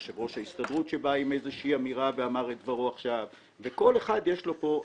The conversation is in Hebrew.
יושב-ראש ההסתדרות שאמר את דבריו ולכל אחד יש פה הפסד.